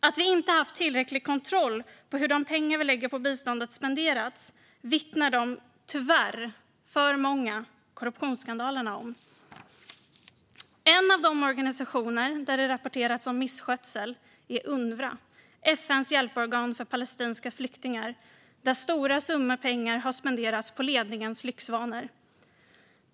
Att vi inte har haft tillräcklig kontroll på hur de pengar vi lägger på biståndet har spenderats vittnar de tyvärr alltför många korruptionsskandalerna om. En av de organisationer där det har rapporterats om misskötsel är Unrwa, FN:s hjälporgan för palestinska flyktingar, där stora summor pengar har spenderats på ledningens lyxvanor.